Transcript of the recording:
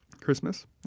Christmas